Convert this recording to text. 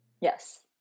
Yes